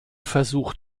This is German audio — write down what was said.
versuch